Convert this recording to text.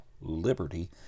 liberty